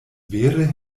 vere